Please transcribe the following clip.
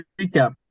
recap